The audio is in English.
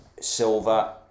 silver